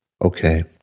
Okay